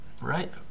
right